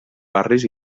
barris